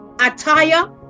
attire